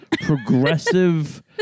progressive